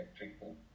People